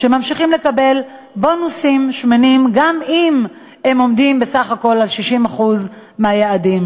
שממשיכים לקבל בונוסים שמנים גם אם הם עומדים בסך הכול ב-60% מהיעדים.